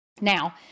Now